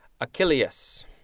Achilles